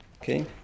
Okay